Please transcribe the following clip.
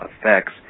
effects